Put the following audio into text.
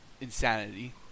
insanity